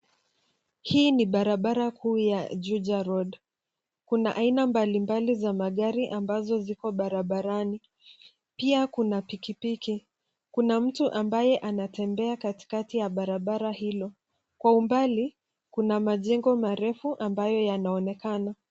Hii ni barabara kuu ya [cs[ Juja Road . Kuna aina mbalimbali za magari ambazo ziko barabarani, pia kuna pikipiki. Kuna mtu ambaye anatembea katikati ya barabara hilo, kwa umbali, kuna majengo marefu ambayo yanaonekana.